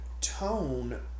tone